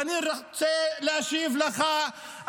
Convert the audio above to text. ואני רוצה להשיב לך,